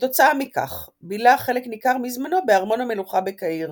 כתוצאה מכך בילה חלק ניכר מזמנו בארמון המלוכה בקהיר.